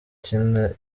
kina